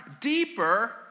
deeper